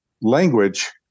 language